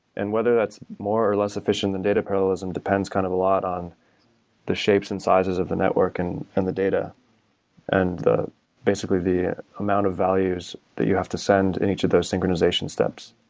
and whether that's more or less efficient than data parallelism depends kind of a lot on the shapes and sizes of the network and and the data and basically the amount of values that you have to send in each of those synchronization steps.